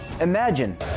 Imagine